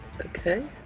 Okay